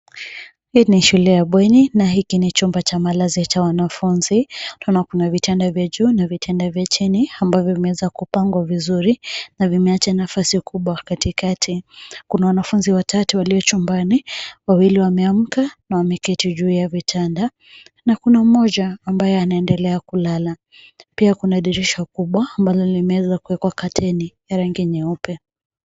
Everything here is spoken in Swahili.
Hii ni shule ya bweni na hiki ni chumba cha malazi cha wanafunzi na kuna vitanda vya juu na vitanda vya chini ambavyo vimeweza kupangwa vizuri na vimeacha nafasi kubwa katikati kuna wanafunzi watatu walio chumbani wawili wameamka na wamekei juu ya vitanda na kuna mmoja ambaye amelala. Pia kuna dirisha kubwa ambalo limeweza kuwekwa kateni ya rangi nyeupe.